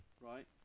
right